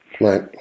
right